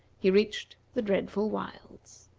he reached the dreadful wilds.